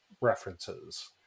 references